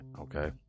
Okay